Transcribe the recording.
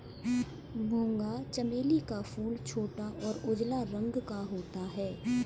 मूंगा चमेली का फूल छोटा और उजला रंग का होता है